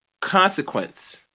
consequence